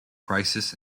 crisis